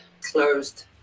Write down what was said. Closed